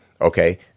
okay